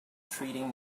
treating